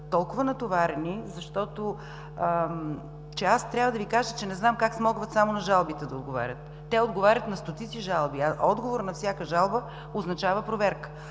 толкова натоварени, че аз трябва да Ви кажа как смогват само на жалбите да отговарят? Те отговарят на стотици жалби, а отговор на всяка жалба означава проверка.